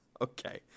Okay